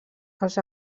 els